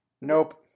nope